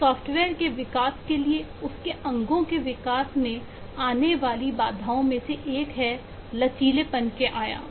software के विकास के लिए उसके अंगों के विकास में आने वाली बाधाओं में से एक है लचीलापन के आयाम